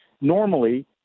normally